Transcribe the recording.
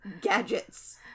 gadgets